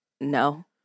no